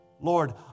Lord